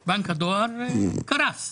שהן מול הדואר יודעות לעשות מכתב בדיווח